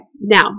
now